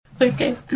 Okay